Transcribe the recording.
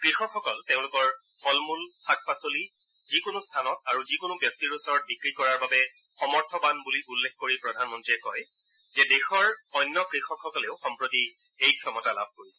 কৃষকসকল তেওঁলোকৰ ফল মূল শাক পাচলি যিকোনো স্থানত আৰু যিকোনো ব্যক্তিৰ ওচৰত বিক্ৰী কৰাৰ বাবে সমৰ্থবান বুলি উল্লেখ কৰি প্ৰধানমন্ত্ৰীয়ে কয় যে দেশৰ অন্য কৃষকসকলেও সম্প্ৰতি এই ক্ষমতা লাভ কৰিছে